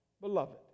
beloved